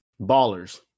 ballers